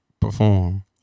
perform